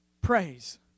Praise